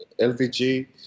LVG